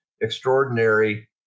extraordinary